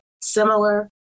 similar